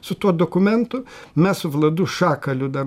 su tuo dokumentu mes su vladu šakaliu dar